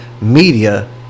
media